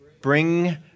bring